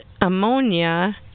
ammonia